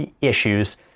issues